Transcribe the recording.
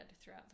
throughout